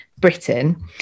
Britain